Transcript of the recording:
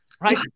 right